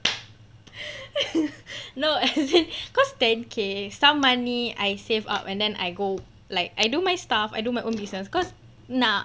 no as in cause ten K some money I save up and then I go like I do my stuff I do my own business cause nak